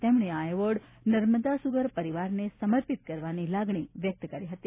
તેમણે આ award Narmada sugar પરિવારને સમર્પિત કરવાની લાગણી વ્યક્ત કરી હતી